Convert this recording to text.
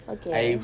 okay